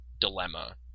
dilemma